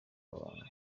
amabanga